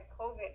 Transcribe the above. COVID